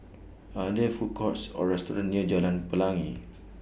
Are There Food Courts Or restaurants near Jalan Pelangi